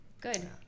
Good